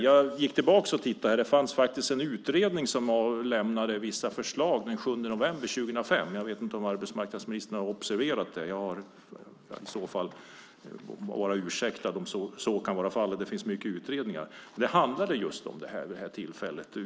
Jag gick tillbaka och tittade. Det fanns faktiskt en utredning som avlämnade vissa förslag den 7 november 2005. Jag vet inte om arbetsmarknadsministern har observerat det. Det må vara ursäktat om så är fallet. Det finns många utredningar. Men det handlade just om det här.